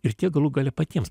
ir tiek galų gale patiems